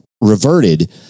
reverted